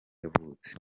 yavutse